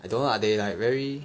I don't know lah they like very